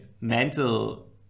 mental